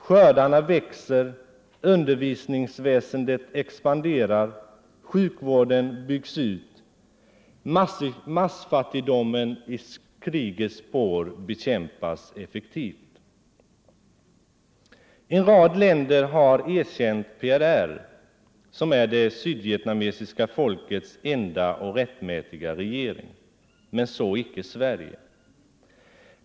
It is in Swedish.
Skördarna växer. Undervisningsväsendet expanderar. Sjukvården byggs ut. Mass Nr 129 fattigdomen i krigets spår bekämpas effektivt. Onsdagen den En rad länder har erkänt PRR, som är det sydvietnamesiska folkets 27 november 1974 enda och rättmätiga regering. Men så icke Sverige.